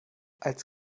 als